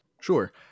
Sure